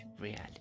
reality